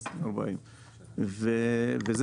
2040. זה,